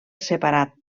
separat